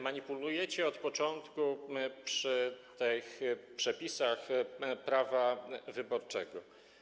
Manipulujecie od początku przy tych przepisach prawa wyborczego.